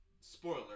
spoiler